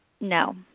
No